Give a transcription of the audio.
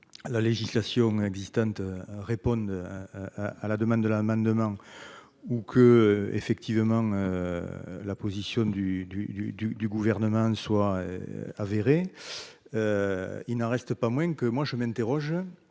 la législation existante, répondre à la demande de l'amendement ou que, effectivement, la position du du du du du gouvernement soit avéré, il n'en reste pas moins que moi, je m'interroge